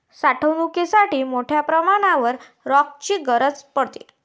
साठवणुकीसाठी मोठ्या प्रमाणावर रॅकची गरज पडते